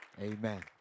Amen